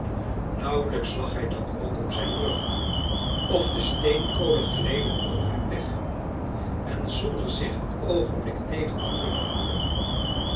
nauwlijks lag hij dan ook op zijn rug of de steenkolen gleden onder hem weg en zonder zich een oogenblik tegen te kunnen houden